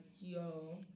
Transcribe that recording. yo